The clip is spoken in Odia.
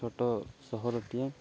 ଛୋଟ ସହରଟିଏ